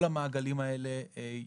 ישולמו.